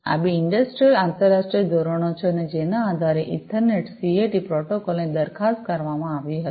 આ બે ઇંડસ્ટ્રિયલ આંતરરાષ્ટ્રીય ધોરણો છે અને જેના આધારે ઇથરનેટ સીએટી પ્રોટોકોલની દરખાસ્ત કરવામાં આવી હતી